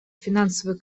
финансовый